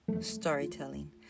storytelling